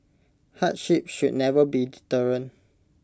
hardship should never be deterrent